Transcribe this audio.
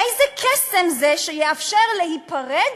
איזה קסם זה שיאפשר להיפרד